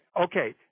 Okay